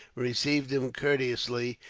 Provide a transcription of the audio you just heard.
received him courteously,